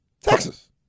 Texas